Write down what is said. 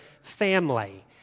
family